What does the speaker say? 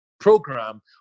program